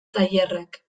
tailerrak